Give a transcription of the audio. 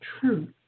truth